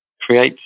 creates